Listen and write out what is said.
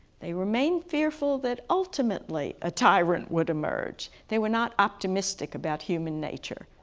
they remained fearful that ultimately a tyrant would emerge, they were not optimistic about human nature,